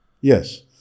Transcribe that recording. Yes